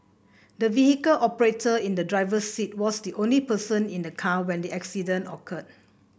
the vehicle operator in the driver's seat was the only person in the car when the accident occurred